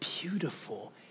beautiful